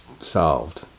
solved